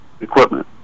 equipment